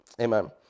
amen